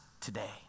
today